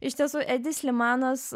iš tiesų edi slimanas